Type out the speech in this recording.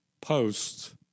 post